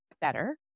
better